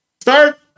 Start